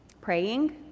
praying